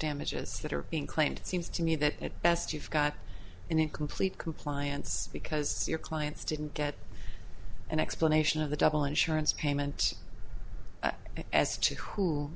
damages that are being claimed it seems to me that it best you've got an incomplete compliance because your clients didn't get an explanation of the double insurance payment as to who